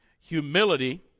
humility